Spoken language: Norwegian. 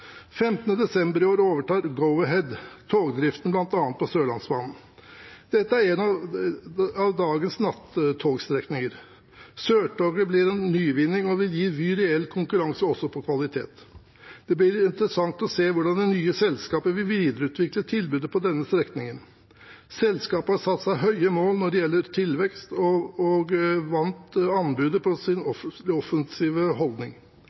15. desember i år overtar Go-Ahead togdriften på bl.a. Sørlandsbanen. Dette er en av dagens nattogstrekninger. Sørtoget blir en nyvinning og vil gi Vy reell konkurranse også på kvalitet. Det blir interessant å se hvordan det nye selskapet vil videreutvikle tilbudet på denne strekningen. Selskapet har satt seg høye mål når det gjelder tilvekst, og vant anbudet på sin offensive holdning.